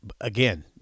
Again